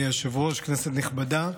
אדוני היושב-ראש, כנסת נכבדה,